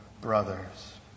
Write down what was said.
brothers